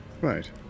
Right